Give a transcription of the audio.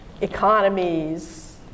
economies